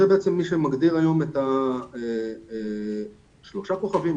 זה בעצם מי שמגדיר היום שלושה כוכבים,